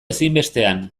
ezinbestean